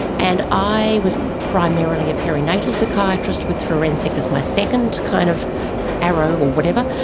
and i was primarily a perinatal psychiatrist with forensic as my second kind of arrow or whatever,